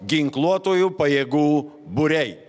ginkluotojų pajėgų būriai